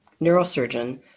neurosurgeon